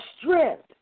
strength